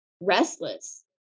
restless